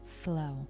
flow